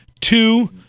two